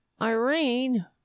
Irene